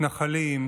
מתנחלים,